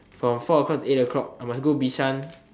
from four o-clock to eight o-clock I must go Bishan